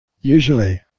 Usually